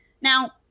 Now